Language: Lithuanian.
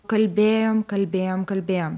kalbėjom kalbėjom kalbėjom